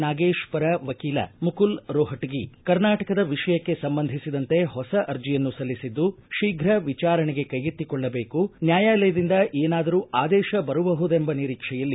ನಾಗೇತ್ ಪರ ವಕೀಲ ಮುಕುಲ್ ರೋಹಟಗಿ ಕರ್ನಾಟಕದ ವಿಷಯಕ್ಕೆ ಸಂಬಂಧಿಸಿದಂತೆ ಹೊಸ ಅರ್ಜಿಯನ್ನು ಸಲ್ಲಿಸಿದ್ದು ಶೀಘ ವಿಚಾರಣೆಗೆ ಕೈಗೆತ್ತಿಕೊಳ್ಳಬೇಕು ನ್ಯಾಯಾಲಯದಿಂದ ಏನಾದರೂ ಆದೇಶ ಬರಬಹುದೆಂಬ ನಿರೀಕ್ಷೆಯಲ್ಲಿ